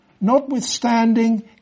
notwithstanding